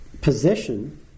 possession